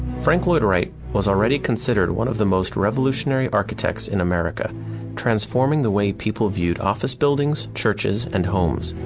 frank lloyd wright was already considered one of the most revolutionary architects in america transforming the way people viewed office buildings, churches, and homes.